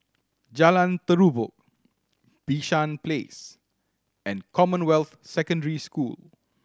Jalan Terubok Bishan Place and Commonwealth Secondary School